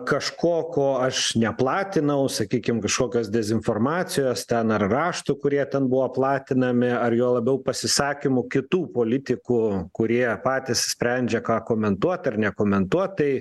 kažko ko aš neplatinau sakykim kažkokios dezinformacijos ten ar raštų kurie ten buvo platinami ar juo labiau pasisakymų kitų politikų kurie patys sprendžia ką komentuot ar nekomentuot tai